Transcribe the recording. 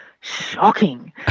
Shocking